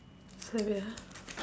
wait wait ah